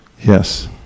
Yes